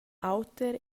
oter